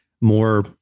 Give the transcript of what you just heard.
More